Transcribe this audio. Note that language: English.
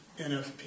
NFP